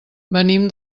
venim